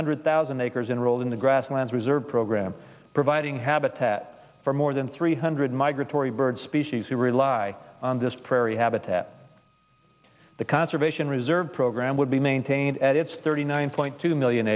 hundred thousand acres enrolled in the grasslands reserve program providing habitat for more than three hundred migratory bird species who rely on this prairie habitat the conservation reserve program would be maintained at its thirty nine point two